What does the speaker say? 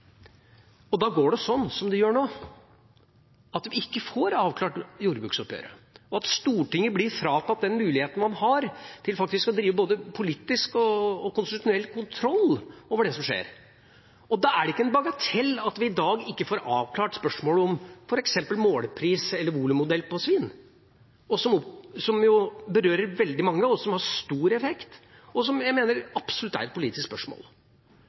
Og da går det sånn som det gjør nå, at vi ikke får avklart jordbruksoppgjøret, og at Stortinget blir fratatt den muligheten man har til faktisk å drive både politisk og konstitusjonell kontroll med det som skjer. Da er det ikke en bagatell at vi i dag ikke får avklart spørsmålet om f.eks. målpris eller volummodell på svin, som berører veldig mange, og som har stor effekt, og som jeg mener absolutt er et politisk spørsmål.